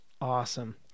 Awesome